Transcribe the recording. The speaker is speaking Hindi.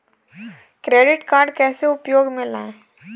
क्रेडिट कार्ड कैसे उपयोग में लाएँ?